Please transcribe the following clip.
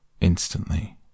Instantly